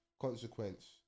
consequence